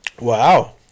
wow